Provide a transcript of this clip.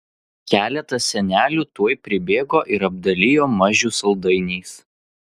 keletas senelių tuoj pribėgo ir apdalijo mažių saldainiais